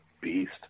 beast